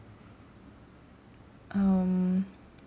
um